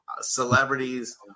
celebrities